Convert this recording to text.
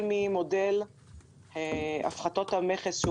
החל ממודל הפחתות המכס,